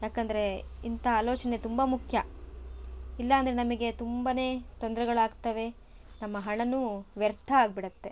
ಯಾಕಂದರೆ ಇಂಥ ಆಲೋಚನೆ ತುಂಬ ಮುಖ್ಯ ಇಲ್ಲಾಂದರೆ ನಮಗೆ ತುಂಬ ತೊಂದರೆಗಳಾಗ್ತವೆ ನಮ್ಮ ಹಣವೂ ವ್ಯರ್ಥ ಆಗಿಬಿಡತ್ತೆ